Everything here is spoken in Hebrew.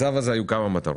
לצו הזה היו כמה מטרות.